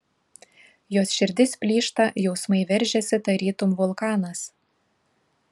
jos širdis plyšta jausmai veržiasi tarytum vulkanas